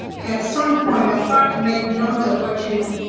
at some point, i tried to make notes of what you,